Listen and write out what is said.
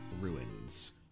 Ruins